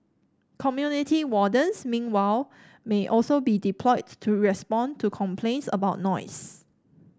community wardens meanwhile may also be deployed to respond to complaints about noise